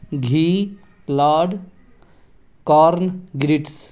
ghee lard corn grits